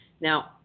Now